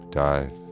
dive